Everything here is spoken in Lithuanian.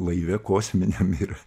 laive kosminiam ir